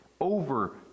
over